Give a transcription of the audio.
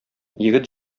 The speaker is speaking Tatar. егет